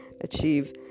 achieve